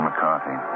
McCarthy